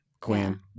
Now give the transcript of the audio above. Queen